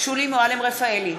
שולי מועלם-רפאלי,